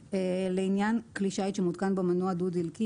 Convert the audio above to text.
לעניין כלי שיט שמותקן בו מנוע דו דלקי,